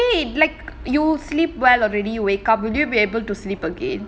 but wait like you sleep well already you wake up would you be able to sleep again